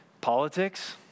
politics